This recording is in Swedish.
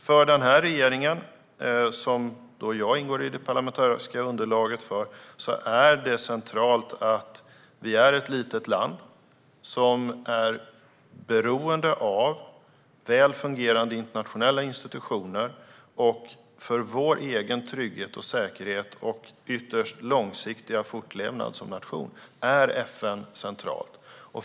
För denna regering, i vars parlamentariska underlag jag ingår, är det centralt att vi är ett litet land som är beroende av väl fungerande internationella institutioner. För vår egen trygghet och säkerhet - och ytterst vår långsiktiga fortlevnad som nation - är FN centralt.